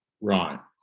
Right